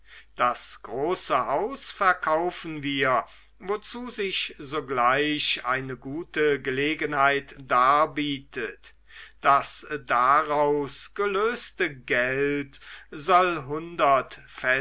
das große haus verkaufen wir wozu sich sogleich eine gute gelegenheit darbietet das daraus gelöste geld soll